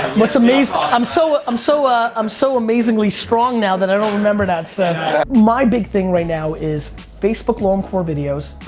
what's amazing, i'm so um so ah um so amazingly strong now that i don't remember that. my big thing right now is facebook long form videos,